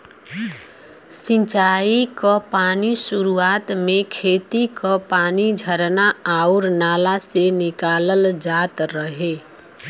सिंचाई क पानी सुरुवात में खेती क पानी झरना आउर नाला से निकालल जात रहे